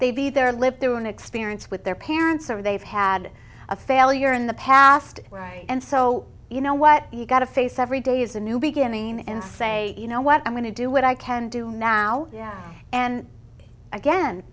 they be there live through an experience with their parents or they've had a failure in the past and so you know what you've got to face every day is a new beginning and say you know what i'm going to do what i can do now yeah and again